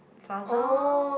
Plaza